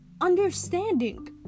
understanding